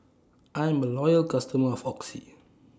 I'm A Loyal customer of Oxy